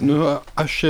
nu aš